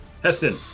Heston